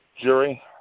jury